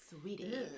sweetie